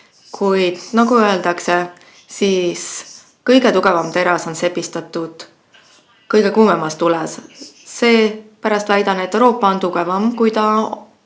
Kuid nagu öeldakse, kõige tugevam teras on sepistatud kõige kuumemas tules. Seepärast väidan, et Euroopa on tugevam, kui ta